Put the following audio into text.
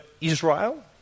Israel